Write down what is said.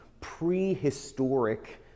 prehistoric